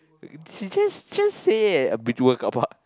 uh she just just say leh uh Beauty-World carpark